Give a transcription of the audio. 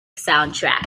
soundtrack